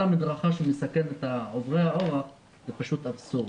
המדרכה שמסכן את עוברי האורח זה פשוט אבסורד.